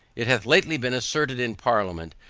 it hath lately been asserted in parliament,